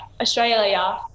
Australia